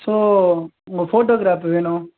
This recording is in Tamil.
ஸோ உங்கள் ஃபோட்டோக்ராப்பு வேணும்